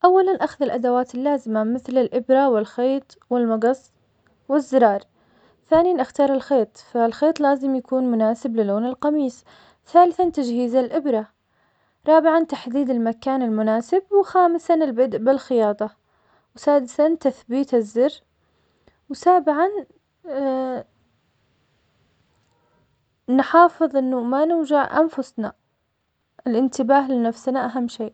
أولاً أخذ الأدوات اللازمة, مثل الإبرة, والخيط, والمقص, والزرار, ثانياً أختار الخيط, فالخيط لازم يكون مناسب للون القميص, ثالثاً تجهيز الإبرة, رابعاً تحديد المكان المناسب, وخامساً البدء بالخياطة, وسادساً تثبيت الزر, وسابعا نحافظ إنه ما نوجع أنفسنا, الإنتباه لنفسنا أهم شي.